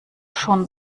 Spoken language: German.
schon